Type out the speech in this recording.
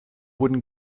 wooden